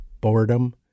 boredom